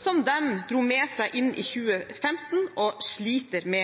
som de dro med seg inn i 2015 og sliter med